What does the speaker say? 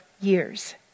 years